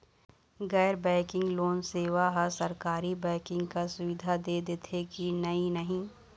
गैर banking loan सेवा हा सरकारी बैंकिंग कस सुविधा दे देथे कि नई नहीं?